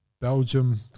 Belgium